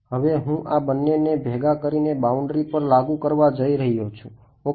હવે હું આ બંને ને ભેગા કરીને બાઉન્ડ્રી પર લાગુ કરવા જઈ રહ્યો છું ઓકે